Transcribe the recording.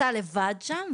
אתה לבד שם.